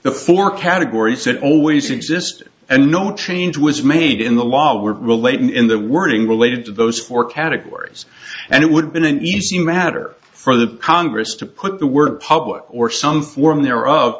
the four categories that always existed and no change was made in the law were related in the wording related to those four categories and it would have been an easy matter for the congress to put the word public or some form there of